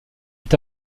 est